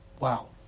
wow